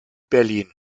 berlin